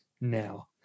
now